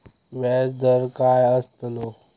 व्याज दर काय आस्तलो?